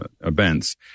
events